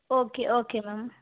okay okay ma'am